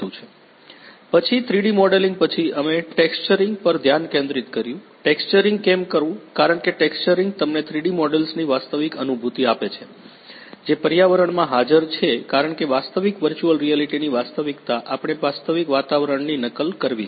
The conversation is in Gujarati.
પછી 3 ડી મોડેલિંગ પછી અમે ટેક્સચરીંગ પર ધ્યાન કેન્દ્રિત કર્યું ટેક્સચરીંગ કેમ કરવું કારણ કે ટેક્સચરીંગ તમને 3ડી મોડેલ્સની વાસ્તવિક અનુભૂતિ આપે છે જે પર્યાવરણમાં હાજર છે કારણ કે વાસ્તવિક વર્ચુઅલ રિયાલિટીની વાસ્તવિકતા આપણે વાસ્તવિક વાતાવરણની નકલ કરવી છે